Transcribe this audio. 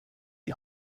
die